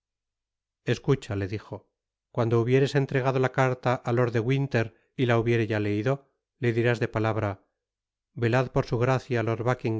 escucha le dijo cuando hubieres entregado la carta á lord de winter y la hubiere ya leido le dirás de palabra velad por su gracia lord